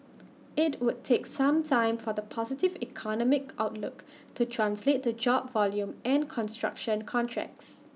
IT would take some time for the positive economic outlook to translate to job volume and construction contracts